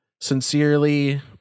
sincerely